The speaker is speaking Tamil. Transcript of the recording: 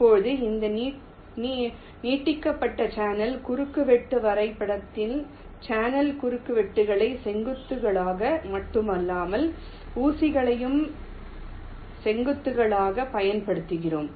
இப்போது இந்த நீட்டிக்கப்பட்ட சேனல் குறுக்குவெட்டு வரைபடத்தில் சேனல் குறுக்குவெட்டுகளை செங்குத்துகளாக மட்டுமல்லாமல் ஊசிகளையும் செங்குத்துகளாகப் பயன்படுத்துகிறோம்